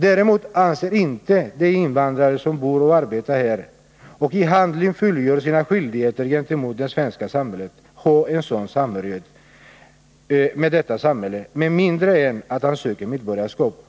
Däremot anses inte den invandrare som bor och arbetar här och i handling fullgör sina skyldigheter gentemot det svenska samhället ha en sådan samhörighet med detta samhälle med mindre än att han söker medborgarskap.